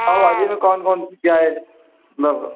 پاؤ بھاجی میں کون کون سی کیا ہے مطلب